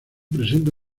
presenta